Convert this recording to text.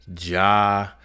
Ja